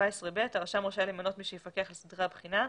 מינוי מפקחים 14ב. הרשם רשאי למנות מי שיפקח על סדרי הבחינה,